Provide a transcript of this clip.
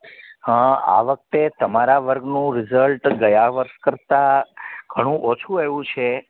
હા આ વખતે તમારા વર્ગનું રિઝલ્ટ ગયા વર્ષ કરતાં ઘણું ઓછું આવ્યું છે